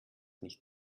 nicht